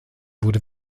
wurde